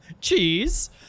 Cheese